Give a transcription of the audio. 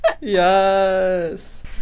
Yes